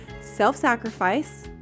self-sacrifice